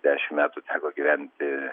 dešim metų teko gyventi